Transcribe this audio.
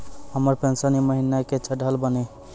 हमर पेंशन ई महीने के चढ़लऽ बानी?